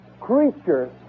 creature